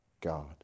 God